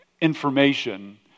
information